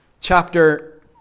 chapter